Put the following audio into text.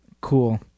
Cool